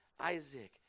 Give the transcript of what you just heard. Isaac